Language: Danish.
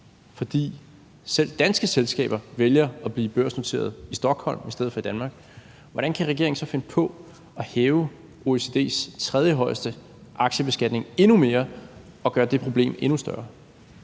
fordi selv danske selskaber vælger at blive børsnoteret i Stockholm i stedet for i Danmark, hvordan kan regeringen så finde på at hæve OECD's tredjehøjeste aktiebeskatning endnu mere og gøre det problem endnu større?